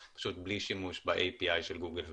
פשוט בלי שימוש ב-API של גוגל ואפל.